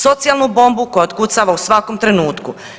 Socijalnu bombu koja otkucava u svakom trenutku.